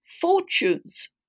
fortunes